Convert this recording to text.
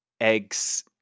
eggs